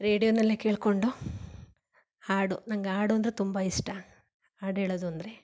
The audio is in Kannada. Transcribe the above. ರೇಡ್ಯೊನಲ್ಲೇ ಕೇಳಿಕೊಂಡು ಹಾಡು ನಂಗೆ ಹಾಡು ಅಂದರೆ ತುಂಬ ಇಷ್ಟ ಹಾಡು ಹೇಳೋದು ಅಂದರೆ